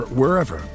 wherever